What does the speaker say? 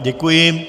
Děkuji.